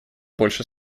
больше